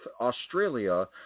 Australia